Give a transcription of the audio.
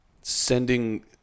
sending